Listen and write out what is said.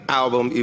album